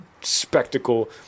spectacle